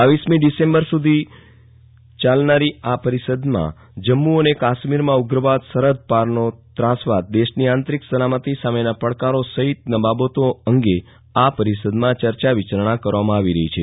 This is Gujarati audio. રરમી ડીસેમ્બર સુધી ચાલનારી આ પરિષદમાં જમ્મ અને કાશ્મીરમાં ઉગવાદ સરહદપારનો ત્ર ાસવાદ દેશની આંતરીક સલામતી સામના પડકારો સહિત બાબતો અંગે આ પરિષદમાં ચર્ચા વિચારણા કરવામાં આવી હતી